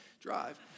drive